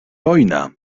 wojna